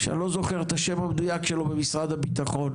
שאני לא זוכר את השם המדויק שלו ממשרד הביטחון,